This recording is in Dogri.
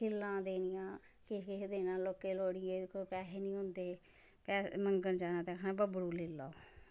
खिल्लां देनियां किश किश देना लोकें लोह्ड़ियै कोई पैहे निं होंदे मंगन जाना तां आखना बब्बरू लेई लैओ